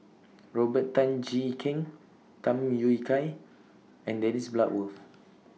Robert Tan Jee Keng Tham Yui Kai and Dennis Bloodworth